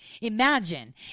Imagine